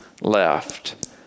left